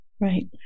Right